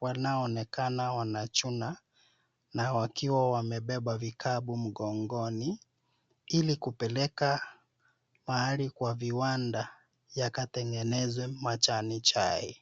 wanaonekana wanachuna na wakiwa wamebeba vikapu mgongoni, ili kupeleka mahali kwa viwanda yakatengenezwe majani chai.